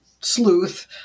sleuth